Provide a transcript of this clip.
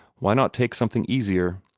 why not take something easier?